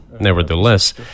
nevertheless